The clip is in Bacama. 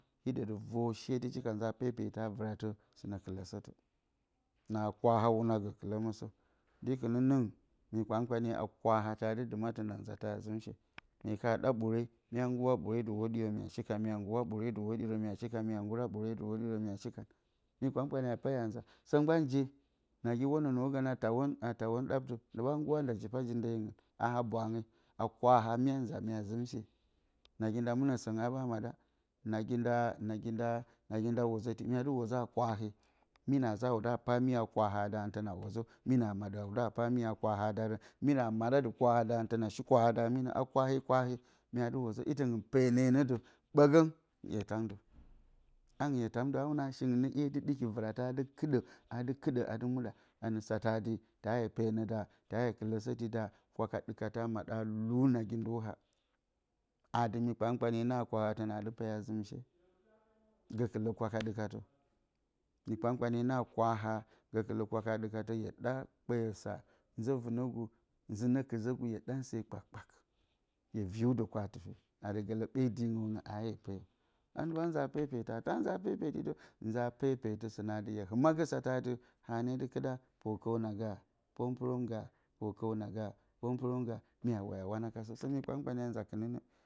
Dɨ vǝr shedɨ shike nza pepetǝ a vǝr vɨratǝ sɨnǝ kɨlǝsǝtǝ kwaha wuna gǝ kɨlǝmǝsǝ di kɨnɨnɨngɨn mi kpankpanye a kwaha tɨna nza ta zɨmshe mye ka ɗa ɓure myeɓa ngura ɓure dli whidiyǝ mye shikan mye ngura dɨ whodiyǝ myeshikarǝn mi kpakpanye paya nza a zɨm she nagi je sǝ gǝrǝn mya kana tauwǝn ɗaptǝ ndi ɓa ɗimakarǝ a hake ji ndeyingɨn a ha bwange mye nza a zɨmshe a kwaha mye dɨ za mye zɨmshe nagi nda mɨnǝ maɗa nagi nda wozoti myedɨ wozo a kwahe miyǝ a kwahadarǝn tɨna dɨ wozǝ mirǝ maɗa di kwahadarǝn a shi kwahada minǝ a kwahe kwahe myadɨ wozo bǝgǝn ya taadǝ shingɨn dɨ ɗiki vɨratǝ dɨ kɨɗǝ anǝ satǝ taa yǝ penedǝ kwakaɗukatǝ a maɗa luu nagi ndoha mi kpankpae a kwaha tɨna dɨ peyǝ a zimshe mi kpankpanye gǝlǝ kwakadɨkkatǝ hye ɗa kpesa nzǝ vɨnǝgu she kpakpak gǝlǝ be dingǝn aayǝ peyǝ nza pepetǝ atɨ hye hɨmma gǝ satǝ nǝ adɨ haa ne kɨɗa pǝrkɔuna ga pǝpurɔm ga mye waya wunakasǝ